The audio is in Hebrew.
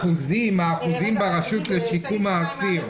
ודיברת על האחוזים ברשות לשיקום האסיר,